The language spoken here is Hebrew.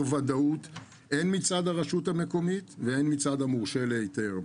ודאות הן מצד הרשות המקומית והן מצד המורשה להיתר,